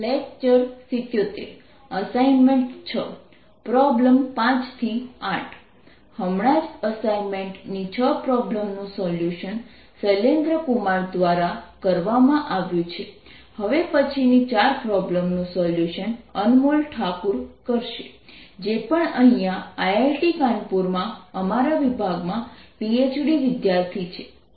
હમણાં જ અસાઇનમેન્ટ ની 6 પ્રોબ્લેમ નું સોલ્યુશન શૈલેન્દ્રકુમાર દ્વારા કરવામાં આવ્યું છે હવે પછીની 4 પ્રોબ્લેમનું સોલ્યુશન અનમોલ તાકુર કરશે જે પણ અહીંયા આઈઆઈટી કાનપુર માં અમારા વિભાગમાં પીએચડી વિદ્યાર્થી છે